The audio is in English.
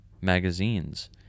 magazines